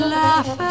laugh